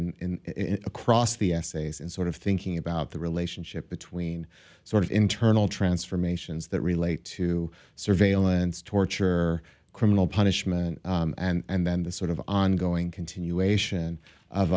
sit in across the essays in sort of thinking about the relationship between sort of internal transformations that relate to surveillance torture or criminal punishment and then the sort of ongoing continuation of